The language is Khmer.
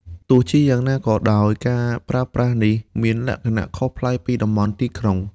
ទោះជាយ៉ាងណាក៏ដោយ ការប្រើប្រាស់នេះមានលក្ខណៈខុសប្លែកពីតំបន់ទីក្រុង។